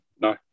No